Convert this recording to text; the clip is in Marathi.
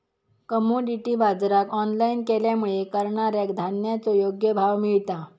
कमोडीटी बाजराक ऑनलाईन केल्यामुळे करणाऱ्याक धान्याचो योग्य भाव मिळता